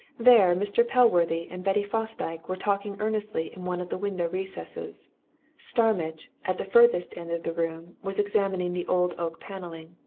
there mr. pellworthy and betty fosdyke were talking earnestly in one of the window recesses starmidge, at the furthest end of the room, was examining the old oak panelling.